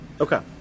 Okay